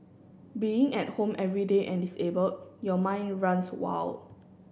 being at home every day and disabled your mind runs wild